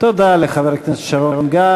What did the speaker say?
תודה לחבר הכנסת שרון גל.